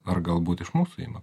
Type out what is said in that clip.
ar galbūt iš mūsų ima